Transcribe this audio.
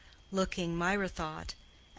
looking, mirah thought,